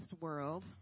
world